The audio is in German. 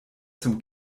zum